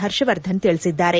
ಹರ್ಷವರ್ಧನ್ ತಿಳಿಸಿದ್ದಾರೆ